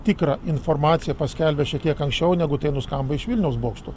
tikrą informaciją paskelbė šiek tiek anksčiau negu tai nuskambo iš vilniaus bokšto